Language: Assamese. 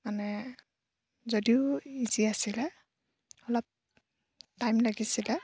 মানে যদিও ইজি আছিলে অলপ টাইম লাগিছিলে